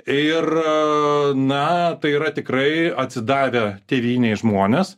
ir na tai yra tikrai atsidavę tėvynei žmones